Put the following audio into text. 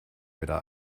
wieder